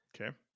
Okay